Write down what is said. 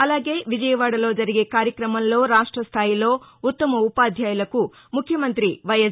అలాగే విజయవాడలో జరిగే కార్యక్రమంలో రాష్ట స్టాయిలో ఉత్తమ ఉపాధ్యాయులకు ముఖ్యమంత్రి వైఎస్